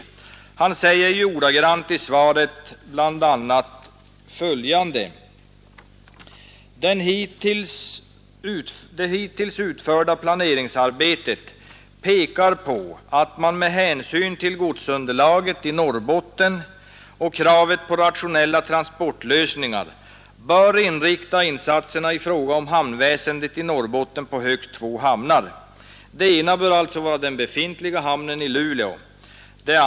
Herr Norling säger ju ordagrant i svaret bl.a. följande: ”Det hittills utförda planeringsarbetet pekar på att man — med hänsyn till godsunderlaget i Norrbotten och kraven på rationella transportlösningar — bör inrikta insatserna i fråga om hamnväsendet i Norrbotten på högst två hamnar. Den ena bör uppenbarligen vara den befintliga hamnen i Luleå.